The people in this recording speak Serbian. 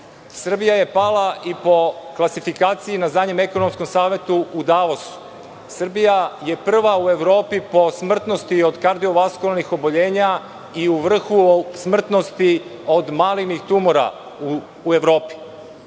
Srbija je po klasifikaciji na zadnjem Ekonomskom savetu u Dalasu. Srbija je prva u Evropi po smrtnosti od kardivaskularnih oboljenja i u vrhu smrtnosti od malignih tumora u Evropi.